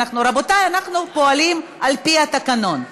רבותי, אנחנו פועלים על-פי התקנון.